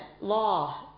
law